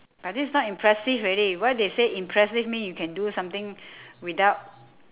but this not impressive already why they say impressive mean you can do something without